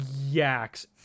yaks